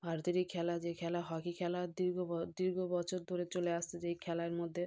ভারতেরই খেলা যে খেলা হকি খেলা দীর্ঘ ব দীর্ঘ বছর ধরে চলে আসছে যেই খেলার মধ্যে